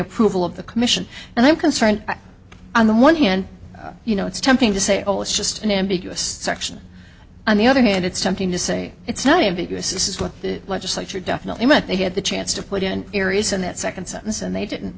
approval of the commission and i'm concerned on the one hand you know it's tempting to say oh it's just an ambiguous section on the other hand it's tempting to say it's not ambiguous this is what the legislature definitely meant they had the chance to put in areas in that second sentence and they